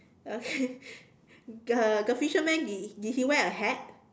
the the fisherman did did he wear a hat